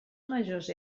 majors